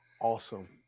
awesome